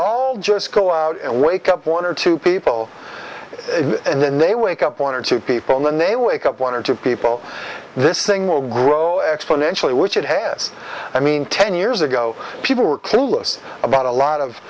all just go out and wake up one or two people and then they wake up one or two people in the ne wake up one or two people this thing will grow exponentially which it has i mean ten years ago people were clueless about a lot of